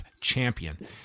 champion